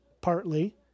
Partly